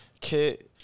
Kid